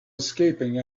escaping